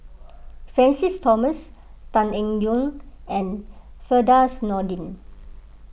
Francis Thomas Tan Eng Yoon and Firdaus Nordin